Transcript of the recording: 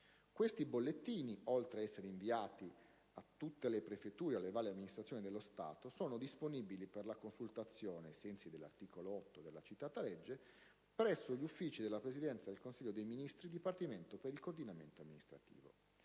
Questi bollettini, oltre ad essere inviati alle varie amministrazioni dello Stato e a tutte le prefetture, sono disponibili per la consultazione, ai sensi dell'articolo 8 della citata legge, presso gli uffici della Presidenza del Consiglio dei ministri-Dipartimento per il coordinamento amministrativo.